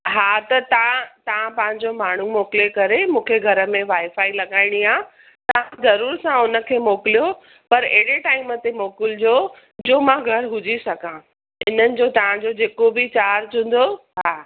हा त तव्हां तव्हां पंहिंजो माण्हू मोकिले करे मूंखे घर में वाइफाइ लॻाइणी आहे तव्हां ज़रूर सां हुनखे मोकिलियो पर अहिड़े टाइम ते मोकिलिजो जो मां घर हुजी सघां इन्हनि जो तव्हांजो जेको बि चार्ज हूंदो हा